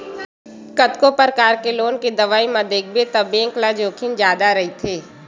कतको परकार के लोन के देवई म देखबे त बेंक ल जोखिम जादा रहिथे